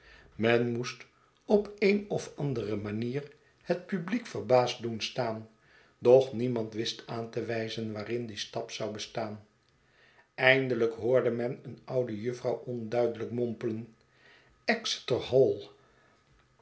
men moest op de een of andere manier het publiek verbaasd doen staan doch niemand wist aan te wijzen waarin die stap zou bestaan eindelijk hoorde men een oude juffrouw onduidelijk mompelen exeter hall